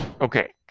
Okay